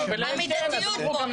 המידתיות פה,